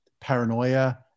paranoia